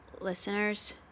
Listeners